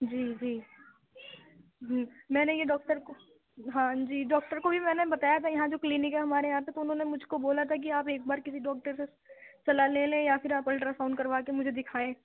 جی جی جی میں نے یہ ڈاکٹر کو ہاں جی ڈاکٹر کو بھی میں نے بتایا تھا یہاں جو کلینک ہے ہمارے یہاں پہ تو انہوں نے مجھ کو بولا تھا کہ آپ ایک بار کسی ڈاکٹر سے صلاح لے لیں یا پھر آپ الٹرا ساؤنڈ كروا كے مجھے دكھائیں